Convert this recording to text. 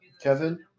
Kevin